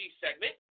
segment